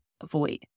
avoid